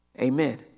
Amen